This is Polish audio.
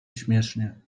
śmiesznie